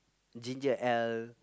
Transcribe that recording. ginger ale